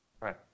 Right